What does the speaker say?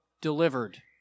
delivered